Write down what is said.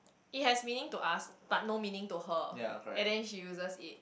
it has meaning to us but no meaning to her and then she uses it